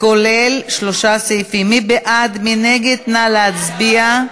מי בעד, מי נגד הסתייגות מס'